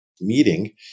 meeting